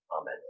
Amen